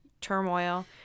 turmoil